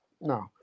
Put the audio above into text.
no